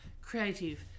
creative